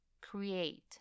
create